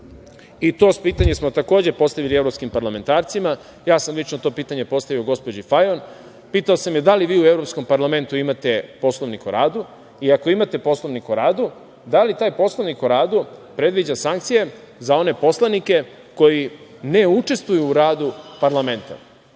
i to pitanje smo takođe postavili evropskim parlamentarcima. Ja sam lično to pitanje postavio gospođi Fajon, pitao sam je da li vi u Evropskom parlamentu imate Poslovnik o radu i ako imate Poslovnik o radu, da li taj Poslovnik o radu predviđa sankcije za one poslanike koji ne učestvuju u radu parlamenta?